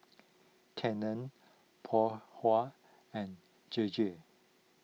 Canon Phoon Huat and J J